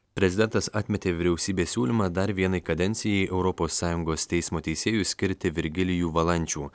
prezidentas atmetė vyriausybės siūlymą dar vienai kadencijai europos sąjungos teismo teisėju skirti virgilijų valančių